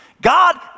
God